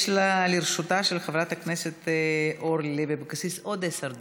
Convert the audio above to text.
יש לרשותה של חברת הכנסת אורלי לוי אבקסיס עוד עשר דקות.